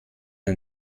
ein